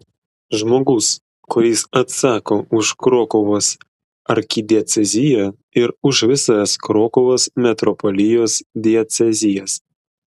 žmogus kuris atsako už krokuvos arkidieceziją ir už visas krokuvos metropolijos diecezijas